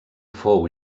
fou